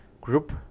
group